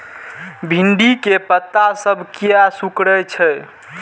भिंडी के पत्ता सब किया सुकूरे छे?